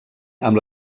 amb